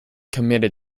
committed